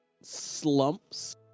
slumps